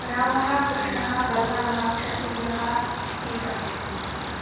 रामः कृष्णः बलरामः शत्रुघ्नः सीता